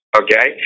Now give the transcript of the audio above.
okay